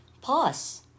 pause